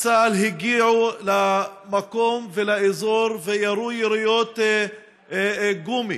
צה"ל הגיעו לאזור וירו כדורי גומי